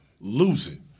losing